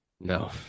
no